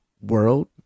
world